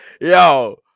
Yo